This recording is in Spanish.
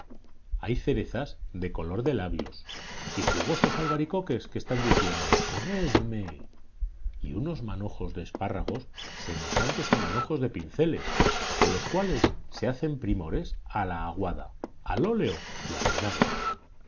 hay cerezas de color de labios y jugosos albaricoques que están diciendo comedme y unosmanojos de espárragos semejantes a manojos de pinceles con los cuales se hacen primores a la aguada al óleo y al vinagre